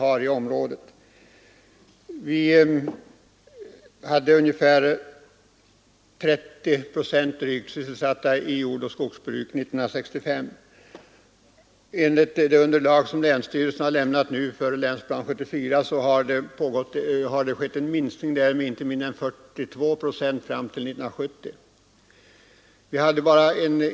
1965 var drygt 30 procent av befolkningen sysselsatta i jordoch skogsbruk. Enligt det underlag som länsstyrelsen lämnat för Länsplan 74 har en minskning skett med inte mindre än 42 procent fram till 1970.